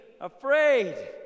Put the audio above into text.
afraid